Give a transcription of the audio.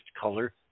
color